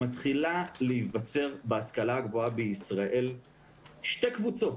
מתחילות להיווצר בהשכלה הגבוהה בישראל שתי קבוצות,